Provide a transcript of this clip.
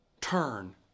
turn